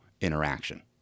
interaction